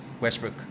Westbrook